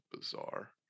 bizarre